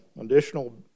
additional